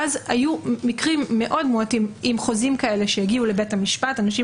ואז היו מקרים מאוד מועטים עם חוזים כאלה שהגיעו לבית המשפט אנשים